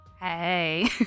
Hey